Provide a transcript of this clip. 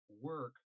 work